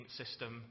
system